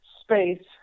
space